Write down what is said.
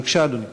בבקשה, אדוני.